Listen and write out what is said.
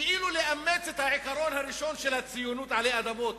כאילו לאמץ את העיקרון הראשון של הציונות עלי אדמות,